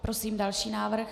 Prosím další návrh.